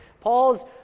Paul's